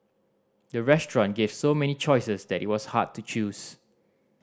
the restaurant gave so many choices that it was hard to choose